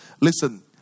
Listen